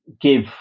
give